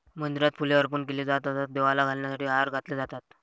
मंदिरात फुले अर्पण केली जात असत, देवाला घालण्यासाठी हार घातले जातात